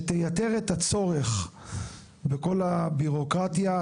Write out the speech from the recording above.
שייתר את הצורך בכל הבירוקרטיה,